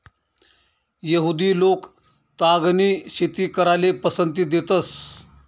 यहुदि लोक तागनी शेती कराले पसंती देतंस